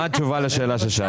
מה התשובה לשאלה ששאלתי?